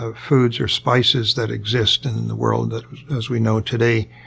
ah foods or spices that exist in the world that we know today.